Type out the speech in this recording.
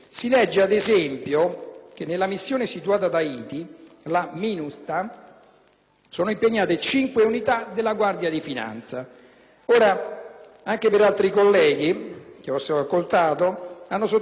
sono impegnate cinque unità della Guardia di finanza.